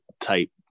type